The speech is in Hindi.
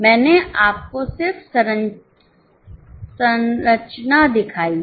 मैंने आपको सिर्फ संरचना दिखाई है